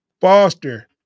Foster